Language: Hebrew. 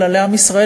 אלא לעם ישראל,